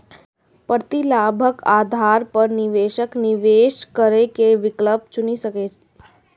प्रतिलाभक आधार पर निवेशक निवेश करै के विकल्प चुनि सकैए